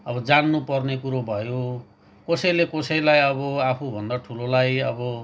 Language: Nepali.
अब जान्नुपर्ने कुरो भयो कसैले कसैलाई अब आफूभन्दा ठुलोलाई अब